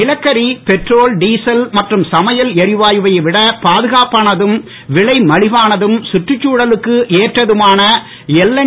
நிலக்கரி petrol diesel மற்றும் சமையல் எரிவாயு வை விட பாதுகாப்பானதும் விலை மலிவானதும் சுற்றுச் சூழலுக்கு ஏற்றதுமான எல்என்